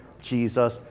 Jesus